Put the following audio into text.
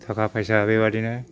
थाखा फैसा बेबायदिनो